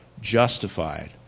justified